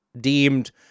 deemed